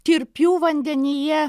tirpių vandenyje